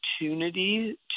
opportunity